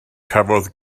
cafodd